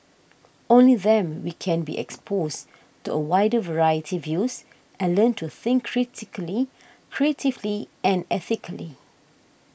only them we can be exposed to a wider variety views and learn to think critically creatively and ethically